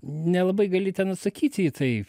nelabai gali ten atsakyti į tai